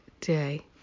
day